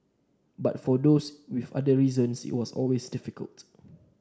but for those with other reasons it's always difficult